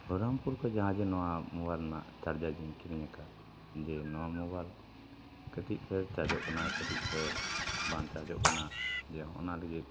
ᱵᱚᱦᱚᱨᱚᱢᱯᱩᱨ ᱠᱷᱚᱡ ᱡᱟᱦᱟᱸ ᱡᱮ ᱱᱚᱣᱟ ᱢᱳᱵᱟᱭᱤᱞ ᱨᱮᱱᱟᱜ ᱪᱟᱨᱡᱟᱨᱤᱧ ᱠᱤᱨᱤᱧ ᱟᱠᱟᱫ ᱡᱮ ᱱᱚᱣᱟ ᱢᱳᱵᱟᱭᱤᱞ ᱠᱟᱹᱴᱤᱡ ᱯᱷᱮᱨ ᱪᱟᱨᱡᱚᱜ ᱠᱟᱱᱟ ᱠᱟᱹᱴᱤᱡ ᱯᱷᱮᱨ ᱵᱟᱝ ᱪᱟᱨᱡᱚᱜ ᱠᱟᱱᱟ ᱡᱮ ᱚᱱᱟ ᱞᱟᱹᱜᱤᱫ